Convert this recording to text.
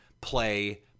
play